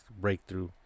breakthrough